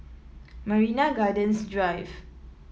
Marina Gardens Drive